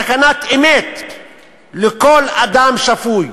סכנת אמת לכל אדם שפוי.